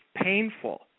painful